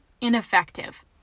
ineffective